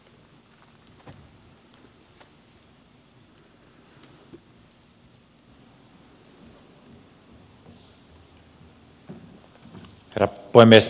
herra puhemies